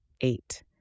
eight